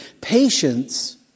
patience